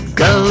go